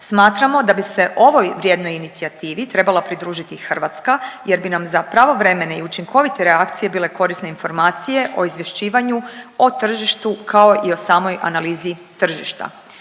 Smatramo da bi se ovoj vrijednoj inicijativi trebala pridružiti i Hrvatska jer bi nam za pravovremene i učinkovite reakcije bile korisne informacije o izvješćivanju o tržištu, kao i o samoj analizi tržišta.